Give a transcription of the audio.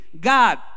God